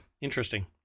interesting